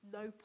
no